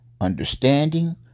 understanding